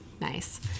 Nice